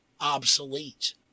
obsolete